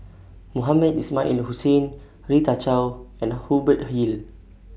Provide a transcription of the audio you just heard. Mohamed Ismail Hussain Rita Chao and Hubert Hill